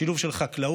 לשילוב של חקלאות,